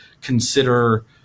consider